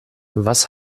was